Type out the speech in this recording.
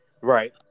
Right